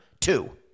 Two